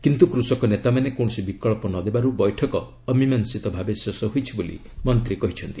କିନ୍ତୁ କୂଷକ ନେତାମାନେ କୌଣସି ବିକଳ୍ପ ନ ଦେବାରୁ ବୈଠକ ଅମିମାଂଶିତ ଭାବେ ଶେଷ ହୋଇଛି ବୋଲି ମନ୍ତ୍ରୀ କହିଛନ୍ତି